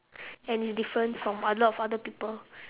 and different from a lot of other people